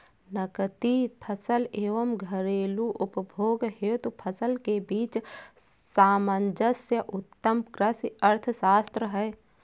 नकदी फसल एवं घरेलू उपभोग हेतु फसल के बीच सामंजस्य उत्तम कृषि अर्थशास्त्र है